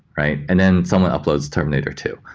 right? and then someone uploads the terminator two,